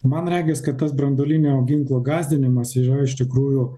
man regis kad tas branduolinio ginklo gąsdinimas yra iš tikrųjų